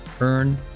Earn